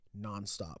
nonstop